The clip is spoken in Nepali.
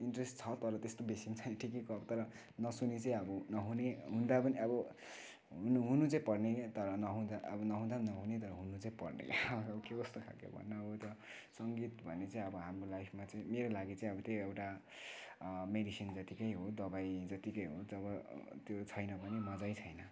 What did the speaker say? इन्ट्रेस्ट छ तर त्यस्तो बेसी पनि छैन ठिकैको तर नसुनी चाहिँ अब नहुने हुन त अब नि अब हुनु चाहिँ पर्ने तर नहुँदा पनि नहुने तर हुनु चाहिँ पर्ने ला अब कस्तो खाले भन्नु अब त सङ्गीत भन्ने चाहिँ अब हाम्रो लाइफमा चाहिँ मेरो लागि चाहिँ त्यही हो एउटा मेडिसिन जत्तिकै हो दबाई जत्तिकै हो जब त्यो छैन भने मजै छैन